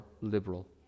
liberal